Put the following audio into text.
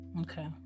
Okay